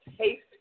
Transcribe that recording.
taste